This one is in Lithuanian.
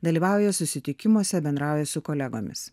dalyvauja susitikimuose bendrauja su kolegomis